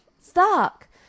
stark